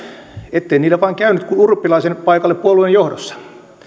ettei niille vain käynyt kuten urpilaisen paikalle puolueen johdossa